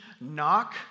knock